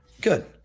Good